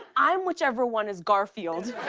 i'm whichever one is garfield.